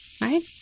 right